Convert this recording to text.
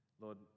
Lord